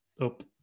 up